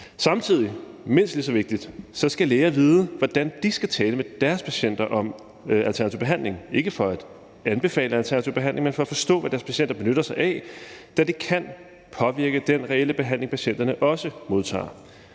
vigtigt, skal læger vide, hvordan de skal tale med deres patienter om alternativ behandling, ikke for at anbefale alternativ behandling, men for at forstå, hvad deres patienter benytter sig af, da det kan påvirke den reelle behandling, patienterne også modtager.